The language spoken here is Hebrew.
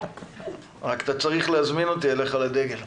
אתה צריך להזמין אותי אליך לדגל.